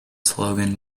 slogan